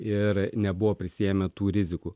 ir nebuvo prisiėmę tų rizikų